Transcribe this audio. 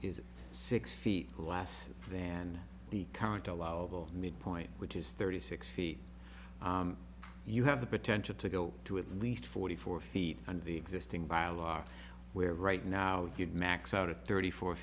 is six feet last then the current allowable midpoint which is thirty six feet you have the potential to go to at least forty four feet and the existing byelaw are where right now if you'd max out at thirty four